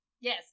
yes